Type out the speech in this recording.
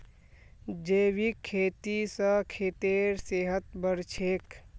जैविक खेती स खेतेर सेहत बढ़छेक